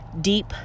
deep